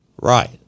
Right